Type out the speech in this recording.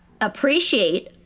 appreciate